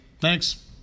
Thanks